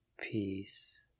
peace